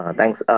Thanks